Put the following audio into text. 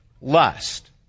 lust